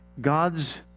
God's